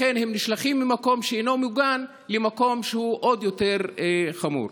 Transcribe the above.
לכן הם נשלחים ממקום שאינו מוגן למקום שהוא עוד יותר חמור.